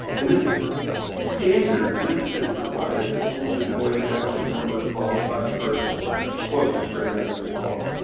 and this standard really just requires that schools employ an adequate number of qualified persons. that's a quote straight out of the law.